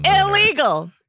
Illegal